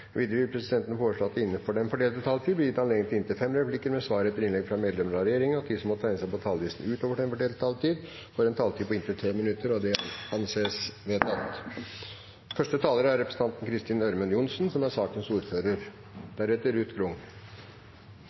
til 5 minutter til hver partigruppe og 5 minutter til medlemmer av regjeringen. Videre vil presidenten foreslå at det – innenfor den fordelte taletid – blir gitt anledning til inntil fem replikker med svar etter innlegg fra medlemmer av regjeringen, og at de som